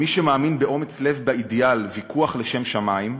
מי שמאמין באומץ לב באידיאל "ויכוח לשם שמים"